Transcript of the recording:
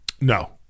No